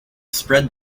spread